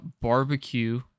barbecue